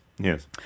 Yes